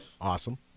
awesome